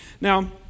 Now